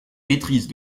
maîtrise